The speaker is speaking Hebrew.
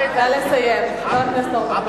חבר הכנסת אורבך, נא לסיים.